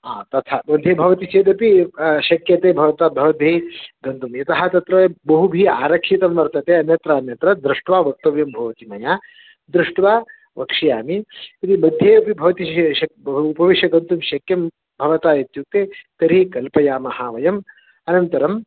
हा तथा मध्ये भवति चेदपि शक्यते भवता भवद्भिः गन्तुं यतः तत्र बहुभिः आरक्षितं वर्तते अन्यत्र अन्यत्र दृष्ट्वा वक्तव्यं भवति मया दृष्ट्वा वक्ष्यामि यदि मध्ये अपि भवति शक् उपविश्य गन्तुं शक्यं भवता इत्युक्ते तर्हि कल्पयामः वयम् अनन्तरं